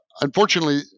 Unfortunately